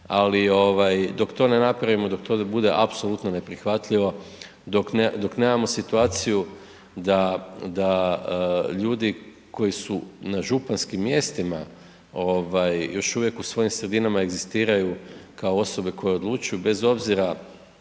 ovaj dok to ne napravimo, dok to bude apsolutno neprihvatljivo, dok nemamo situaciju da, da ljudi koji su na županskim mjestima ovaj još uvijek u svojim sredinama egzistiraju kao osobe koje odlučuju bez obzira